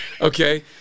Okay